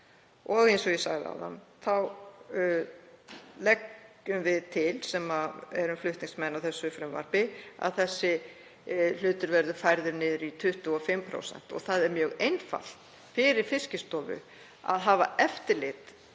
Eins og ég sagði áðan þá leggjum við sem erum flutningsmenn að þessu frumvarpi til að þessi hlutur verður færður niður í 25%. Það er mjög einfalt fyrir Fiskistofu að hafa eftirlit